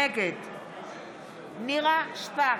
נגד נירה שפק,